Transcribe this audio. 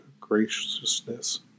graciousness